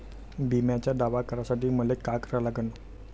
बिम्याचा दावा करा साठी मले का करा लागन?